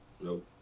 Nope